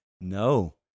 No